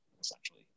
essentially